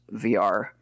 vr